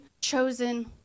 chosen